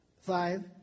Five